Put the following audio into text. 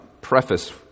preface